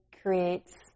creates